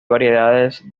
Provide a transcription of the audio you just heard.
variedades